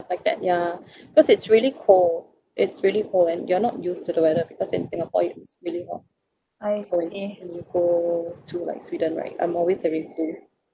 like that ya cause it's really cold it's really cold and you're not used to the weather because in singapore it's really hot so when you go to like sweden right I'm always having flu